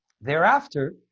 Thereafter